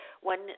One